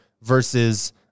versus